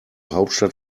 hauptstadt